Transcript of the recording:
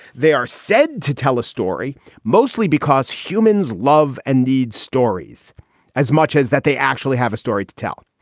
they are said to tell a story mostly because humans love and need stories as much as that, they actually have a story to tell.